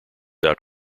out